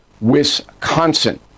wisconsin